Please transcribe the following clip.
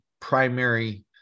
primary